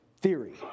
theory